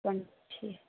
छी